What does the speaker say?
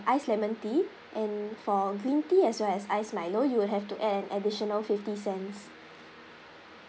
ice lemon tea and for green tea as well as ice Milo you will have to an additional fifty cents